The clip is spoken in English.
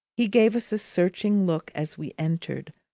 he gave us a searching look as we entered,